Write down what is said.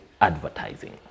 advertising